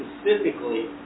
specifically